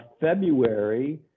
February